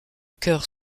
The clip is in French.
cœur